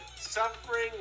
Suffering